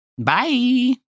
Bye